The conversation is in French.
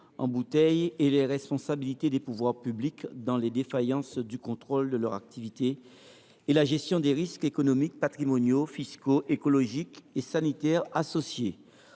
en bouteille et les responsabilités des pouvoirs publics dans les défaillances du contrôle de leurs activités et la gestion des risques économiques, patrimoniaux, fiscaux, écologiques et sanitaires associés.